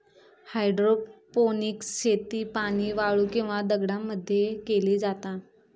hydroponics शेती पाणी, वाळू किंवा दगडांमध्ये मध्ये केली जाता